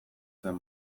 zen